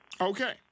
Okay